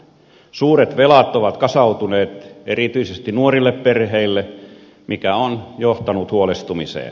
suuret velat ovat kasautuneet erityisesti nuorille perheille mikä on johtanut huolestumiseen